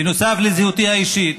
בנוסף לזהותי האישית,